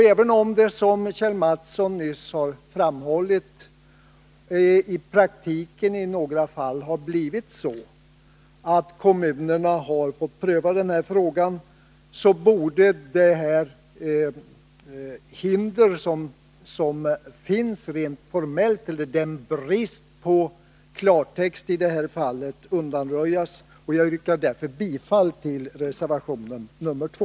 Även om det, som Kjell Mattsson nyss har framhållit, i praktiken i några fall har blivit så att kommunerna fått pröva den här frågan, borde det hinder som finns rent formellt — genom bristen på klartext — undanröjas. Jag yrkar därför bifall till reservation 2.